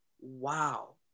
wow